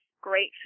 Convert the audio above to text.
great